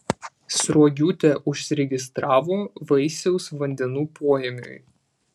sruogiūtė užsiregistravo vaisiaus vandenų poėmiui